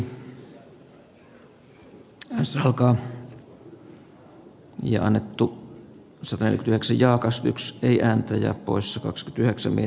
koneeni meni taas tässä mykäksi ei ääntä ja poissa kaksi työksemme